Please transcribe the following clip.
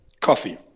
coffee